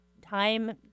time